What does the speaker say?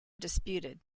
disputed